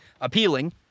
appealing